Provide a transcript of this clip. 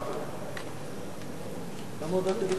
אנחנו עוברים לתוצאות: 13 בעד,